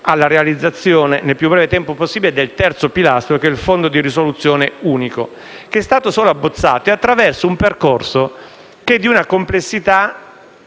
alla realizzazione, nel più breve tempo possibile, del terzo pilastro. Mi riferisco al Fondo di risoluzione unico, che è stato solo abbozzato attraverso un percorso che è di una complessità